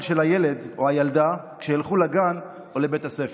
של הילד או הילדה כשילכו לגן או לבית הספר.